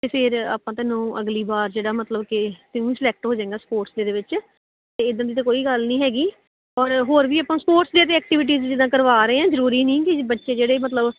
ਫਿਰ ਆਪਾਂ ਤੁਹਾਨੂੰ ਅਗਲੀ ਵਾਰ ਜਿਹੜਾ ਮਤਲਬ ਕਿ ਤੂੰ ਵੀ ਸਲੈਕਟ ਹੋ ਜਾਏਗਾ ਸਪੋਰਟਸ ਦੇ ਵਿੱਚ ਅਤੇ ਇੱਦਾਂ ਦੀ ਤਾ ਕੋਈ ਗੱਲ ਨਹੀਂ ਹੈਗੀ ਔਰ ਹੋਰ ਵੀ ਆਪਾਂ ਸਪੋਰਟਸ ਦੇ ਐਕਟੀਵਿਟੀਜ ਜਿੱਦਾਂ ਕਰਵਾ ਰਹੇ ਆ ਜ਼ਰੂਰੀ ਨਹੀਂ ਕਿ ਬੱਚੇ ਜਿਹੜੇ ਮਤਲਬ